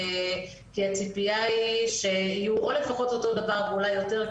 כי הציפייה היא שיהיו או לפחות אותו דבר או אולי יותר,